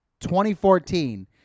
2014